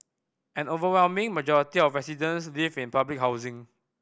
an overwhelming majority of residents live in public housing